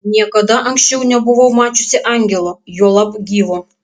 niekada anksčiau nebuvau mačiusi angelo juolab gyvo